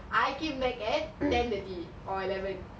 at fifty like you came at eleven fifty ya